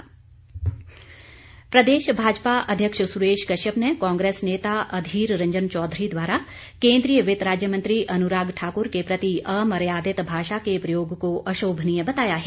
प्रतिक्रिया प्रदेश भाजपा अध्यक्ष सुरेश कश्यप ने कांग्रेस नेता अधीर रंजन चौधरी द्वारा केन्द्रीय वित्त राज्य मंत्री अनुराग ठाकुर के प्रति अमर्यादित भाषा के प्रयोग को अशोभनीय बताया है